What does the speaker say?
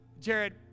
Jared